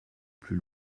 plus